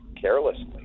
carelessly